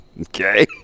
Okay